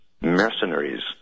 mercenaries